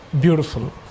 beautiful